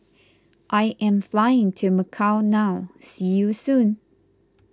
I am flying to Macau now see you soon